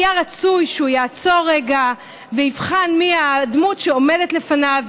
היה רצוי שהוא יעצור רגע ויבחן מי הדמות שעומדת לפניו,